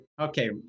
okay